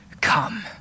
come